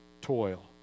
toil